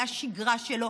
מהשגרה שלו,